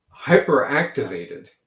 hyperactivated